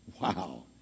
Wow